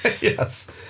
Yes